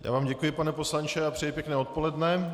Já vám děkuji, pane poslanče, a přeji pěkné odpoledne.